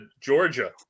Georgia